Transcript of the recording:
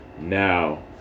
now